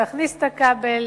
תכניס את הכבל,